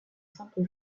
simple